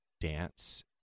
dance